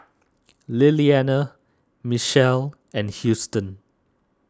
Lillianna Michel and Houston